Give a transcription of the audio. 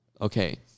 okay